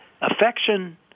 affection